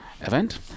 event